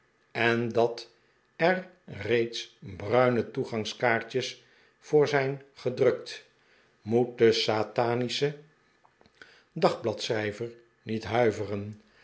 en dat er reeds bruine toegangskaartjes voor zijn gedrukt moet de satansche dagbladschrijver niet huiveren